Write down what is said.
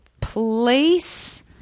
Place